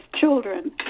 children